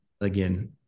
again